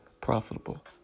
profitable